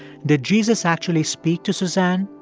did jesus actually speak to suzanne?